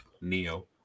Neo